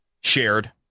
shared